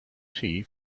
tea